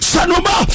Sanoma